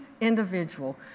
individual